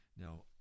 now